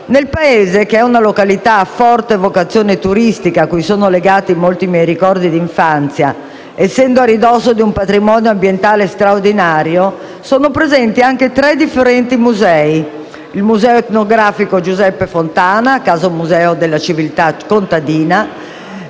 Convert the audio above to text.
Nel paese, che è una località a forte vocazione turistica cui sono legati molti miei ricordi d'infanzia, essendo a ridosso di un patrimonio ambientale straordinario, sono presenti anche tre differenti musei (Museo etnografico Giuseppe Fontana, Casa Museo della civiltà contadina